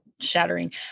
shattering